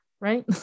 right